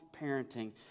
parenting